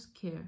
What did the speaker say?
care